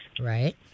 Right